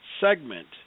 segment